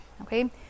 okay